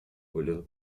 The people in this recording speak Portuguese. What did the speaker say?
olhando